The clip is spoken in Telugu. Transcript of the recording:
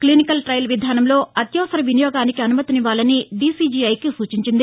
క్లినికల్ టయల్ విధానంలో అత్యవసర వినియోగానికి అనుమతినివ్వాలని డీసీజీఐకు సూచించింది